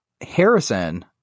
Harrison